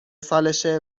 سالشه